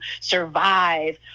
survive